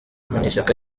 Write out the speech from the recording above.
munyeshyaka